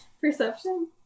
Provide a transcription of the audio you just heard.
Perception